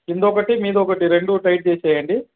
కిందొకటి మీదొకటి రెండు టైట్ చేసేయండి